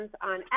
on